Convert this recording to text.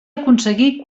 aconseguí